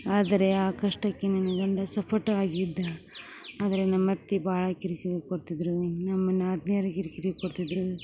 ಆದರೆ ಆ ಕಷ್ಟಕ್ಕೆ ನನ್ನ ಗಂಡ ಸಪೋರ್ಟಿವಾಗಿದ್ದ ಆದರೆ ನಮ್ಮತ್ತಿ ಭಾಳ ಕಿರಿಕಿರಿ ಕೊಡ್ತಿದ್ದರು ನಮ್ಮ ನಾದ್ನಿಯರು ಕಿರಿಕಿರಿ ಕೊಡ್ತಿದ್ದರು